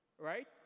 Right